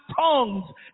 tongues